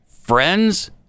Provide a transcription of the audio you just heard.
friends